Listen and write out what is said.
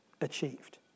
achieved